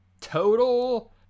total